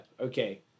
okay